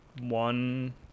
one